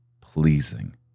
pleasing